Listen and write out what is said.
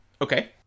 Okay